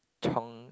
Chong